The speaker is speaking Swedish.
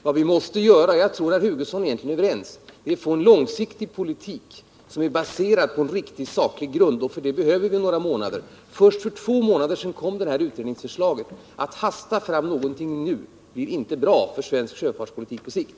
Vad vi måste göra — och där tror jag att herr Hugosson och jag egentligen är överens — är att se till att vi får en långsiktig politik, som är baserad på en riktig och saklig grund. För det behöver vi några månader på oss. Först för två månader sedan kom utredningsförslaget. Att hasta fram någonting nu är inte bra för svensk sjöfartspolitik på sikt.